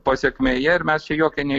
pasekmėje ir mes čia jokie ne